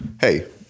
Hey